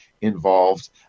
involved